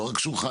לא רק שולחן,